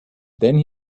then